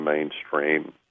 mainstream